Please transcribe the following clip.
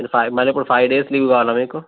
మళ్ళీ ఫైవ్ మళ్ళీ ఇప్పుడు ఫైవ్ డేస్ లీవ్ కావాలా మీకు